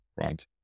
right